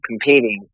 competing